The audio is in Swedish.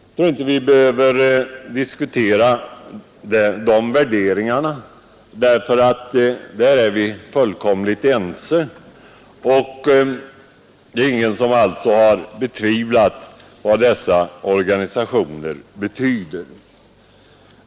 Jag tror inte att vi behöver diskutera dessa värderingar; där är vi fullkomligt ense. Det är ingen som har betvivlat dessa organisationers betydelse.